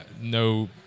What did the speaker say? no